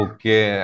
Okay